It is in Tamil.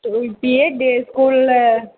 அச்சோ இப்பயே டே ஸ்கூலில்